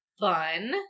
fun